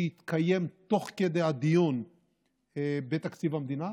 שהתקיים תוך כדי הדיון בתקציב המדינה.